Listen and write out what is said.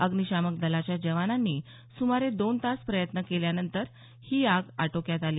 अग्निशामक दलाच्या जवानांनी सुमारे दोन तास प्रयत्न केल्यानंतर ही आग आटोक्यात आली